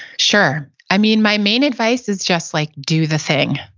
sure. i mean, my main advice is just like do the thing.